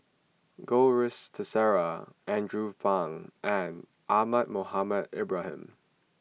Goh Rui Si theresa Andrew Phang and Ahmad Mohamed Ibrahim